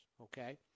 okay